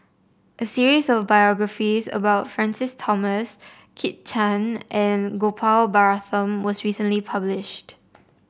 a series of biographies about Francis Thomas Kit Chan and Gopal Baratham was recently published